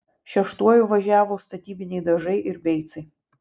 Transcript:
šeštuoju važiavo statybiniai dažai ir beicai